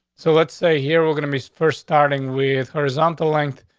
so let's say here we're gonna miss first, starting with horizontal length,